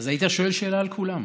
אז היית שואל שאלה על כולם.